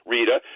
Rita